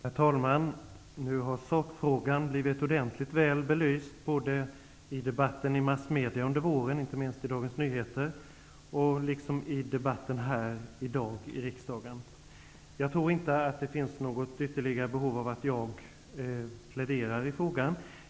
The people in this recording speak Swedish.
Herr talman! Nu har sakfrågan blivit utomordentligt väl belyst både i debatten i massmedia -- inte minst i Dagens Nyheter -- och i debatten i dag här i riksdagen. Jag tror inte att det finns något ytterligare behov av att jag pläderar i frågan.